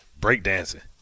Breakdancing